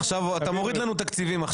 עכשיו אתה מוריד לנו תקציבים.